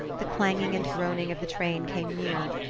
the clanging and groaning of the train came nearer,